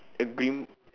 a green